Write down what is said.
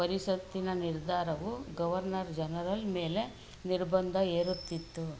ಪರಿಷತ್ತಿನ ನಿರ್ಧಾರವು governor general ಮೇಲೆ ನಿರ್ಬಂಧ ಹೇರುತ್ತಿತು